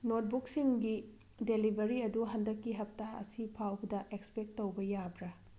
ꯅꯣꯠꯕꯨꯛꯁꯤꯡꯒꯤ delivery ꯑꯗꯨ ꯍꯟꯗꯛꯀꯤ ꯍꯞꯇꯥ ꯑꯁꯤ ꯐꯥꯎꯕꯗ ꯑꯦꯛꯁꯄꯦꯛ ꯇꯧꯕ ꯌꯥꯕ꯭ꯔꯥ